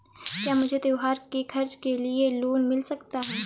क्या मुझे त्योहार के खर्च के लिए लोन मिल सकता है?